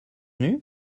venus